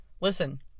Listen